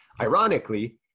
ironically